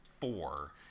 four